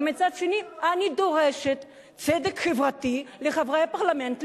אבל מצד שני אני דורשת צדק חברתי לחברי הפרלמנט,